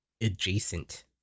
adjacent